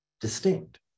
distinct